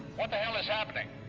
what the hell is happening?